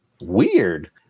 Weird